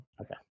Okay